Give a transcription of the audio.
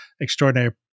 extraordinary